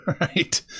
right